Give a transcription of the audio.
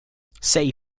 sei